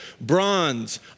bronze